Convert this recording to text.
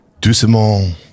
Doucement